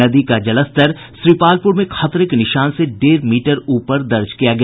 नदी का जलस्तर श्रीपालपुर में खतरे के निशान से डेढ़ मीटर ऊपर दर्ज किया गया